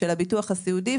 של הביטוח הסיעודי,